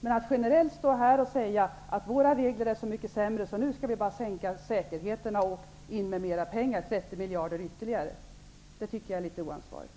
Men att generellt säga att våra regler är sämre, att säkerheterna skall sänkas och att det skall sättas in 30 miljarder kronor ytterligare är oansvarigt.